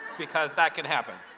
because that can happen.